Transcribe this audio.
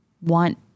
want